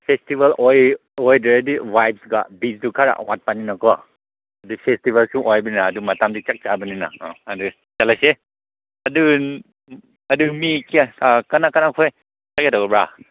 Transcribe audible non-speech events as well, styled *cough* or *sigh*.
festival ꯑꯣꯏꯗ꯭ꯔꯗꯤ ꯋꯥꯏꯗꯒ *unintelligible* ꯈꯔ ꯋꯥꯠꯄꯅꯤꯅꯀꯣ ꯑꯗꯨ ꯐꯦꯁꯇꯤꯕꯦꯜꯗꯨ ꯑꯣꯏꯕꯅꯤꯅ ꯑꯗꯨ ꯃꯇꯝꯗꯤ ꯆꯞ ꯆꯥꯕꯅꯤꯅ ꯑꯥ ꯑꯗꯨ ꯆꯠꯂꯁꯦ ꯑꯗꯨ ꯑꯗꯨ ꯃꯤ ꯀꯌꯥ ꯀꯅꯥ ꯀꯅꯥꯈꯣꯏ ꯀꯥꯒꯗꯧꯕ꯭ꯔꯥ